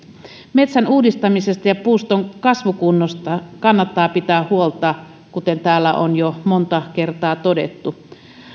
metsän uudistamisesta ja puuston kasvukunnosta kannattaa pitää huolta kuten täällä on jo monta kertaa todettu